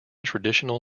traditional